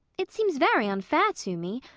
it seems very unfair to me.